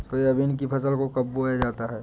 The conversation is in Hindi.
सोयाबीन की फसल को कब बोया जाता है?